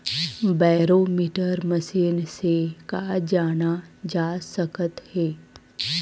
Barometer machine से का जाना जा सकत हे?